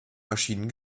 maschinen